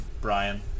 Brian